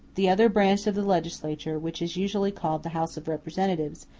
the other branch of the legislature, which is usually called the house of representatives,